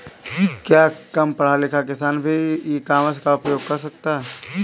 क्या कम पढ़ा लिखा किसान भी ई कॉमर्स का उपयोग कर सकता है?